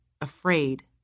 afraid